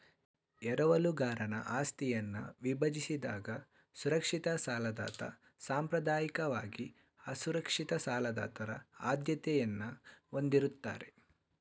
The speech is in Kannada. ಎರವಲುಗಾರನ ಆಸ್ತಿಯನ್ನ ವಿಭಜಿಸಿದಾಗ ಸುರಕ್ಷಿತ ಸಾಲದಾತ ಸಾಂಪ್ರದಾಯಿಕವಾಗಿ ಅಸುರಕ್ಷಿತ ಸಾಲದಾತರ ಆದ್ಯತೆಯನ್ನ ಹೊಂದಿರುತ್ತಾರೆ